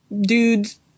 dudes